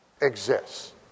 exists